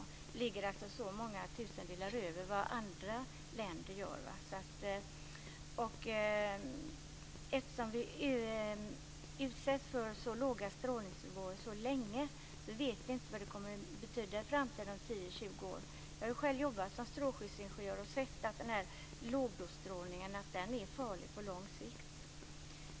Vi ligger alltså många tusendelar över vad andra länder gör. Vi utsätts för låga strålningsnivåer så länge, och vi vet inte vad det kommer att betyda i framtiden om 10-20 år. Jag har själv jobbat som strålskyddsingenjör och sett att den här lågdosstrålningen är farlig på lång sikt.